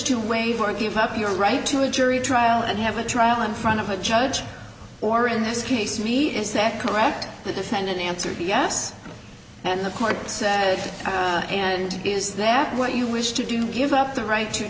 to waive or give up your right to a jury trial and have a trial in front of a judge or in this case me is that correct the defendant answered yes and the court said and is that what you wish to do give up the right to